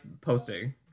posting